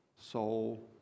soul